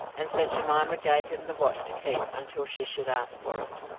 and said jemima gave him the watch to keep until she should ask for it.